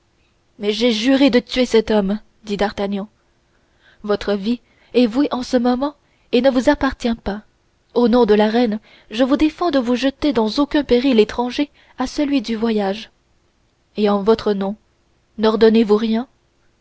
mais j'ai juré de tuer cet homme dit d'artagnan votre vie est vouée en ce moment et ne vous appartient pas au nom de la reine je vous défends de vous jeter dans aucun péril étranger à celui du voyage et en votre nom nordonnez vous rien